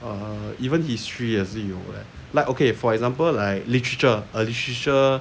er even history 也是有 leh like okay for example like literature literature